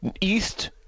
east